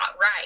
right